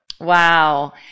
Wow